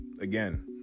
again